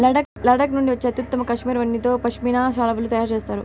లడఖ్ నుండి వచ్చే అత్యుత్తమ కష్మెరె ఉన్నితో పష్మినా శాలువాలు తయారు చేస్తారు